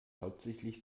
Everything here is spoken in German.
hauptsächlich